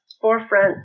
forefront